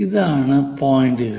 ഇതാണ് പോയിന്റുകൾ